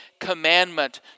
commandment